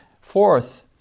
Fourth